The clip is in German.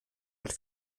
hat